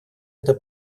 это